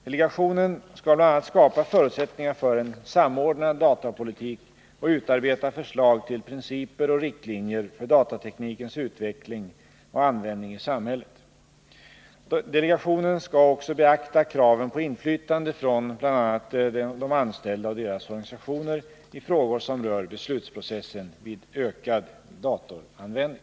Delegationen skall bl.a. skapa förutsättningar för en samordnad datapolitik och utarbeta förslag till principer och riktlinjer för datateknikens utveckling och användning i samhället. Delegationen skall också beakta kraven på inflytande från bl.a. de anställda och deras organisationer i frågor som rör beslutsprocessen vid ökad datoranvändning.